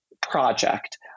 project